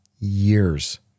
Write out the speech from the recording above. years